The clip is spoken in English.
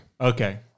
Okay